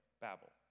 Babel